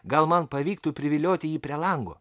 gal man pavyktų privilioti jį prie lango